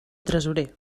tresorer